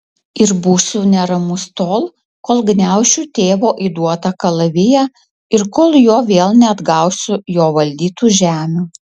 ir būsiu neramus tol kol gniaušiu tėvo įduotą kalaviją ir kol juo vėl neatgausiu jo valdytų žemių